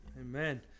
Amen